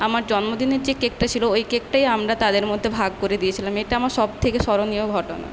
আমার জন্মদিনের যে কেকটা ছিল ওই কেকটাই আমরা তাদের মধ্যে ভাগ করে দিয়েছিলাম এটা আমার সবথেকে স্মরণীয় ঘটনা